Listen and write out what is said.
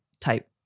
type